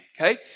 Okay